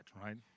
right